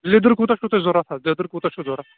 لیٚدٕر کوٗتاہ چھِ تۅہہِ ضروٗرت حظ لیٚدٕر کوٗتاہ چھُ ضروٗرت